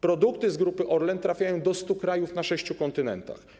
Produkty z Grupy Orlen trafiają do 100 krajów na sześciu kontynentach.